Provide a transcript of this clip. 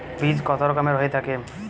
বীজ কত রকমের হয়ে থাকে?